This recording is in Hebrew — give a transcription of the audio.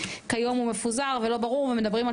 כיום הוא מפוזר ולא ברור ומדברים על